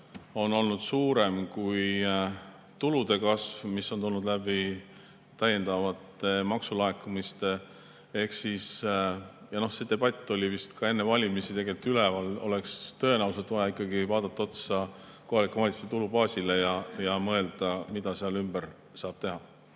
on olnud suurem kui tulude kasv, mis on tulnud täiendavate maksulaekumistega. See debatt oli vist ka enne valimisi tegelikult üleval, et meil oleks tõenäoliselt ikkagi vaja vaadata otsa kohalike omavalitsuste tulubaasile ja mõelda, mida seal ümber saab teha.